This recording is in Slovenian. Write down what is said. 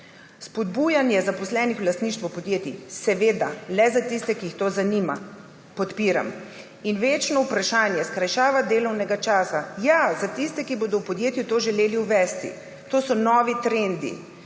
Spodbujanje zaposlenih k lastništvu v podjetjih, seveda le za tiste, ki jih to zanima, podpiram. In večno vprašanje, skrajšava delovnega časa – ja, za tiste, ki bodo v podjetju to želeli uvesti. To so novi trendi,